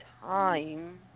time